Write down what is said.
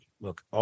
look